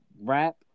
rap